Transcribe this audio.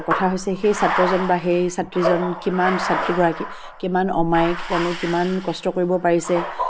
কথা হৈছে সেই ছাত্ৰজন বা সেই ছাত্ৰীজন কিমান ছাত্ৰীগৰাকী কিমান অমায়িক তেওঁলোকে কিমান কষ্ট কৰিব পাৰিছে